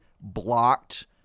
blocked